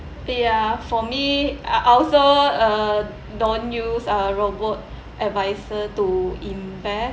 ya for me I I also uh don't use uh robo-advisor to invest